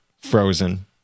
frozen